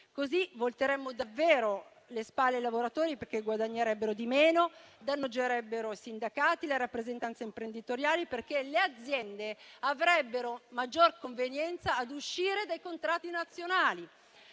modo volteremmo davvero le spalle ai lavoratori, perché guadagnerebbero di meno; inoltre si danneggerebbero i sindacati e la rappresentanza imprenditoriale, perché le aziende avrebbero maggior convenienza ad uscire dai contratti nazionali.